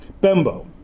Bembo